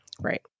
Right